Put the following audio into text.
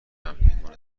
همپیمان